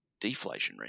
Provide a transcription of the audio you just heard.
deflationary